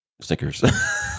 Snickers